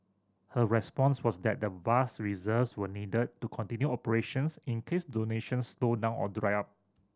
her response was that the vast reserves were needed to continue operations in case donations slowed down or dried up